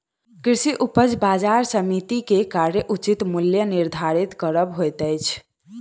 कृषि उपज बजार समिति के कार्य उचित मूल्य निर्धारित करब होइत अछि